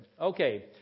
Okay